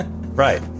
right